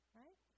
right